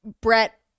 Brett